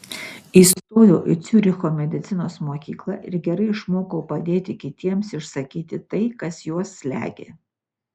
įstojau į ciuricho medicinos mokyklą ir gerai išmokau padėti kitiems išsakyti tai kas juos slegia